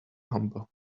humble